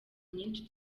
nyinshi